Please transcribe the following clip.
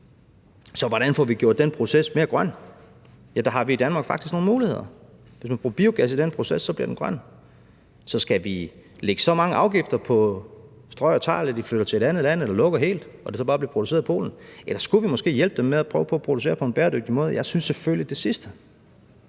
Så hvordan får vi gjort den proces mere grøn? Ja, der har vi i Danmark faktisk nogle muligheder. Hvis man bruger biogas i den proces, bliver den grøn. Så skal vi lægge så mange afgifter på Strøjer Tegl, at de flytter til et andet land eller lukker helt og det så bare bliver produceret i Polen? Eller skulle vi måske hjælpe dem med at prøve at producere på en bæredygtig måde? Jeg synes selvfølgelig det sidste,